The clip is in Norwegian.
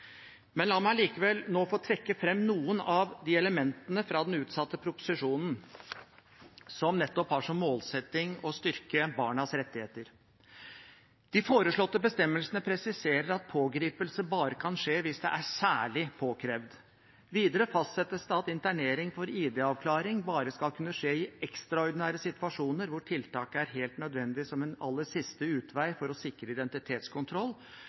La meg likevel nå få trekke fram noen av de elementene fra den utsatte proposisjonen som nettopp har som målsetting å styrke barnas rettigheter. De foreslåtte bestemmelsene presiserer at pågripelse bare kan skje hvis det er særlig påkrevd. Videre fastsettes det at internering for ID-avklaring bare skal kunne skje i ekstraordinære situasjoner hvor tiltaket er helt nødvendig som en aller siste utvei for å sikre identitetskontroll,